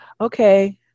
Okay